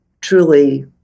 truly